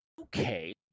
Okay